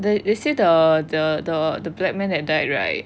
they they say the the the black man that died right